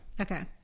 Okay